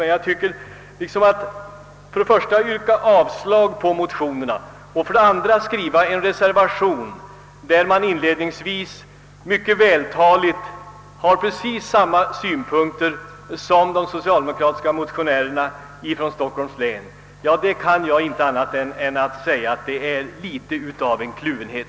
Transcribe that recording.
Men att först yrka avslag på motionerna och sedan skriva ett särskilt yttrande i vilket han inledningsvis och mycket vältaligt anför samma synpunkter som de socialdemokratiska motionärerna från Stockholms län, kan jag inte uppfatta som annat än en kluvenhet.